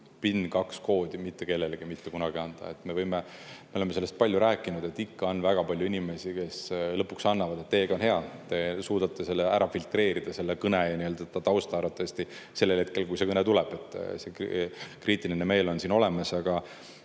PIN2 koodi mitte kellelegi mitte kunagi anda. Me oleme sellest palju rääkinud, ent ikka on väga palju inimesi, kes lõpuks annavad. Teiega on hea, te suudate arvatavasti selle kõne ja tausta ära filtreerida sellel hetkel, kui see kõne tuleb. See kriitiline meel on siin olemas. Aga